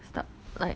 start like